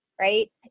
right